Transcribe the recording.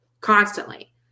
constantly